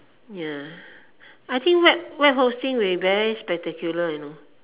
ya I think web web hosting will be very spectacular you know